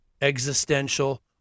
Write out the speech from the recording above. existential